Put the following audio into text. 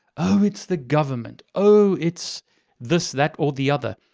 oh it's the government. oh, it's this, that, or the other.